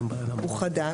הוא חדש.